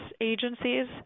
agencies